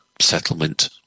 settlement